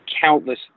countless